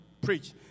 preach